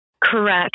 Correct